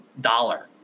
dollar